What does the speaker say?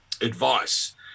advice